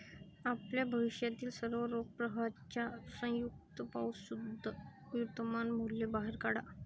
आपल्या भविष्यातील सर्व रोख प्रवाहांच्या संयुक्त पासून शुद्ध वर्तमान मूल्य बाहेर काढा